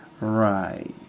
Right